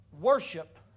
Worship